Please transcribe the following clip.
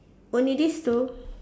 only this two